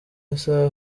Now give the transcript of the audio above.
asa